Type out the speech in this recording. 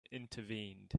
intervened